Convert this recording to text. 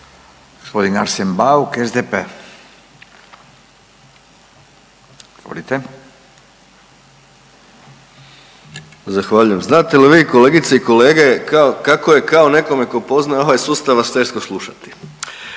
Zahvaljujem. Znate li vi kolegice i kolege kao, kako je kao nekome ko poznaje ovaj sustav vas teško slušati?